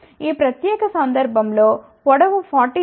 ఈ ప్రత్యేక సందర్భం లో పొడవు 40 mm